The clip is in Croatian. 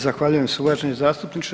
Zahvaljujem se uvaženi zastupniče.